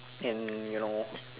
and you know